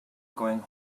going